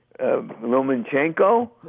Lomachenko